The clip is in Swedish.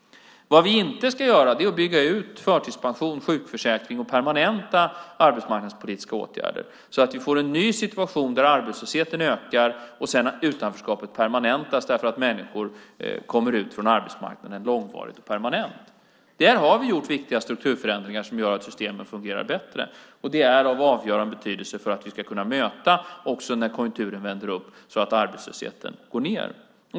Det vi inte ska göra är att bygga ut förtidspension, sjukförsäkring och permanenta arbetsmarknadspolitiska åtgärder så att vi får en ny situation där arbetslösheten ökar och utanförskapet permanentas därför att människor kommer ut från arbetsmarknaden långvarigt och permanent. Där har vi gjort viktiga strukturförändringar som gör att systemen fungerar bättre. Det är av avgörande betydelse för att vi ska kunna möta efterfrågan också när konjunkturen vänder, att arbetslösheten går ned.